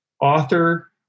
author